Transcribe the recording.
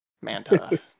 manta